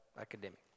academic